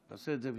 נעשה את זה בשבילו.